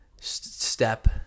Step